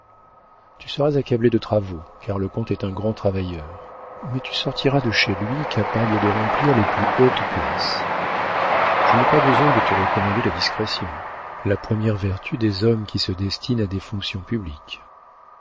tu seras accablé de travaux car le comte est un grand travailleur mais tu sortiras de chez lui capable de remplir les plus hautes places je n'ai pas besoin de te recommander la discrétion la première vertu des hommes qui se destinent à des fonctions publiques